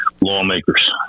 lawmakers